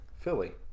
Philly